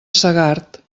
segart